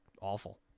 awful